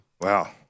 Wow